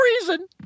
reason